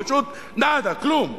פשוט נאדה, כלום.